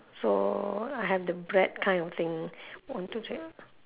so I have the bread kind of thing one two three